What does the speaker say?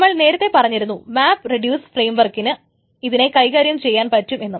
നമ്മൾ നേരത്തെ പറഞ്ഞിരുന്നു മാപ്പ് റെഡ്യൂസ്ഫ്രെയിംവർക്കിന് ഇതിനെ കൈകാര്യം ചെയ്യാൻ പറ്റും എന്ന്